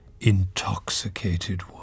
intoxicated